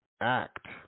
act